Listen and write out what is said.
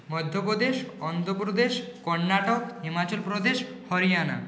Madhya Pradesh Andhra Pradesh Karnataka Himachal Pradesh Haryana